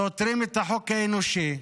סותרים את החוק האנושי,